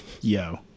Yo